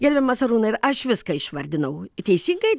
gerbiamas arūnai ar aš viską išvardinau teisingai